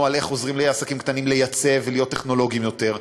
על איך עוזרים לעסקים קטנים לייצא ולהיות טכנולוגיים יותר.